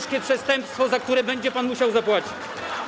Ciężkie przestępstwo, za które będzie pan musiał zapłacić.